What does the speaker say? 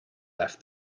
left